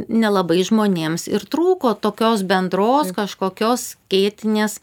nelabai žmonėms ir trūko tokios bendros kažkokios skėtinės